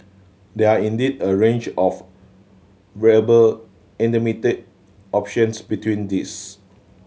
there are indeed a range of viable intermediate options between these